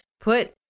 put